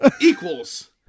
equals